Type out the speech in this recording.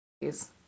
Please